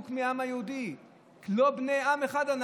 הוא סטודנט והוא לומד.